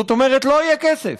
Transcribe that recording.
זאת אומרת לא יהיה כסף,